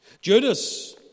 Judas